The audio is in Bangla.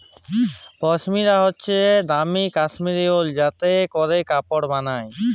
পশমিলা হইসে দামি কাশ্মীরি উল যাতে ক্যরে কাপড় বালায়